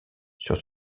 sur